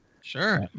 Sure